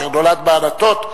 אשר נולד בענתות,